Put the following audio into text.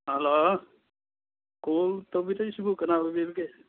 hello call ꯇꯧꯕꯤꯔꯛꯂꯤꯁꯤꯕꯨ ꯀꯅꯥ ꯑꯣꯏꯕꯤꯔꯒꯦ